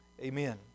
Amen